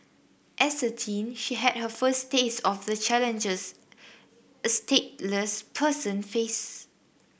as a teen she had her first taste of the challenges a stateless person face